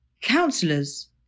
Counselors